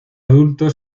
adulto